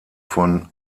von